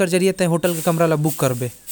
कर सकत हस।